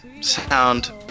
sound